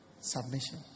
Submission